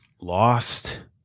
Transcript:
lost